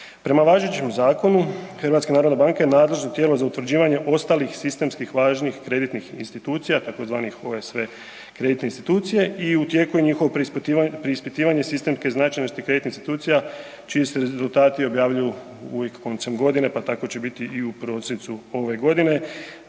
Prema važećem zakonu, HNB je nadležno tijelo za utvrđivanje ostalih sistemskih važnijih kreditnih institucija tzv. OSV kreditnih institucije i u tijeku je njihovo preispitivanje .../Govornik se ne razumije./... institucija čiji se rezultati objavljuju uvijek koncem godine, pa tako će biti i u prosincu ove godine.